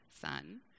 son